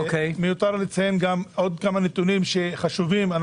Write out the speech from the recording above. עוד כמה נתונים חשובים,